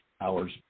hours